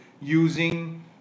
using